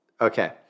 Okay